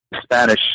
Spanish